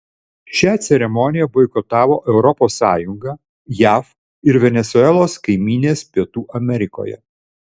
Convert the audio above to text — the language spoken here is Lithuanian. šią ceremoniją boikotavo europos sąjunga jav ir venesuelos kaimynės pietų amerikoje